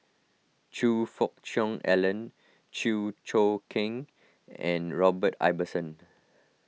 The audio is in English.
Choe Fook Cheong Alan Chew Choo Keng and Robert Ibbetson